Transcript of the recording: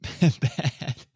bad